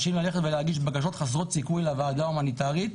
להגיש בקשות חסרות סיכוי לוועדה ההומניטארית,